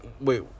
wait